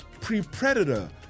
pre-predator